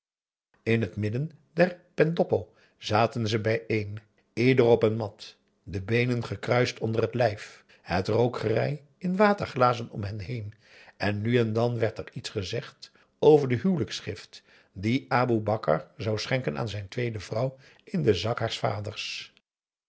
in het midden der pendoppo zaten ze bijeen ieder op een mat de beenen gekruist onder het lijf het rookgerei in waterglazen om hen heen en nu en dan werd er iets gezegd over de huwelijksgift die aboe bakar zou schenken aan zijn tweede vrouw in den zak haars vaders